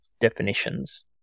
definitions